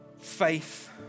faith